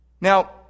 Now